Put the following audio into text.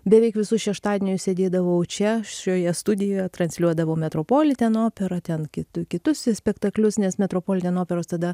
beveik visus šeštadienius sėdėdavau čia šioje studijoje transliuodavau metropoliteno opera ten kit kitus spektaklius nes metropoliteno operos tada